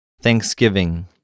Thanksgiving